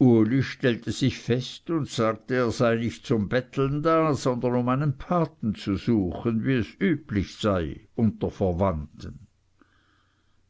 uli stellte sich fest und sagte er sei nicht zum betteln da sondern um einen paten zu suchen wie es üblich sei unter verwandten